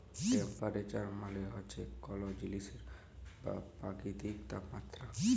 temperature মালে হছে কল জিলিসের বা পকিতির তাপমাত্রা